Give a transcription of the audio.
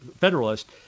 Federalist